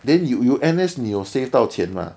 then you you N_S 你有 save 到钱 mah